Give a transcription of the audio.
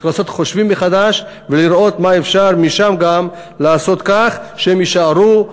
צריך לעשות חושבים מחדש ולראות מה אפשר משם גם לעשות כך שהם יישארו,